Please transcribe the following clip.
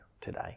today